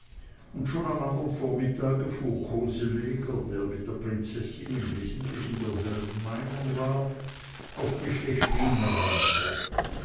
und schon am andern vormittage fuhr koseleger der mit der prinzessin im wesentlichen derselben meinung war auf die stechliner rampe